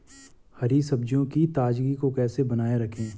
हरी सब्जियों की ताजगी को कैसे बनाये रखें?